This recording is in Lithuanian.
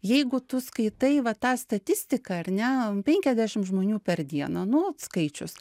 jeigu tu skaitai va tą statistiką ar ne penkiasdešim žmonių per dieną nu vat skaičius